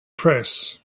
press